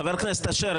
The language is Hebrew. חבר הכנסת אשר,